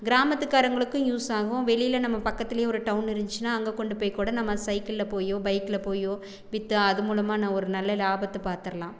கிராமத்துக்காரங்களுக்கும் use ஆகும் வெளியில் நம்ம பக்கத்திலையும் ஒரு டவுன் இருந்துச்சுனால் அங்கே கொண்டு போய் கூட நம்ம சைக்கிளில் போயோ பைக்கில் போயோ விற்று அது மூலமாக நான் ஒரு நல்ல லாபத்தை பார்த்துருலாம்